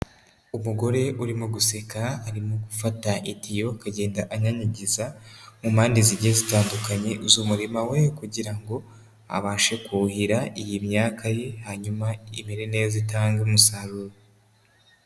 Umugore urimo gusekara arimo gufata itiyope agenda anyanyagiza mu mpande zigiye zitandukanye uzi umurimo we kugira ngo abashe kuwuhira iyi myaka ye hanyuma imire neza itange umusaruro.